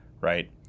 right